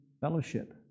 fellowship